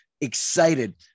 excited